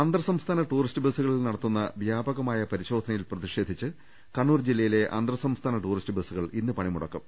അന്തർസംസ്ഥാന ടൂറിസ്റ്റ് ബസ്സുകളിൽ നടത്തുന്ന വ്യാപകമായ പരിശോധനയിൽ പ്രതിഷേധിച്ച് കണ്ണൂർജില്ലയിലെ അന്തർ സംസ്ഥാന്ട്ടൂറിസ്റ്റ് ബസ്സുകൾ ഇന്ന് പണിമുടക്കും